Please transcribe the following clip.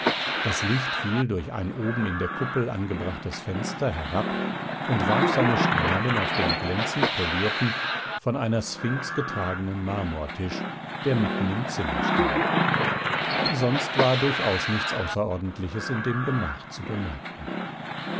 das licht fiel durch ein oben in der kuppel angebrachtes fenster herab und warf seine strahlen auf den glänzend polierten von einer sphinx getragenen marmortisch der mitten im zimmer stand sonst war durchaus nichts außerordentliches in dem gemach zu bemerken